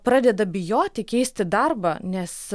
pradeda bijoti keisti darbą nes